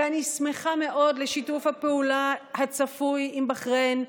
ואני שמחה מאוד לשיתוף הפעולה הצפוי עם בחריין,